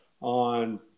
on